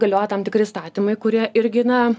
galioja tam tikri įstatymai kurie irgi na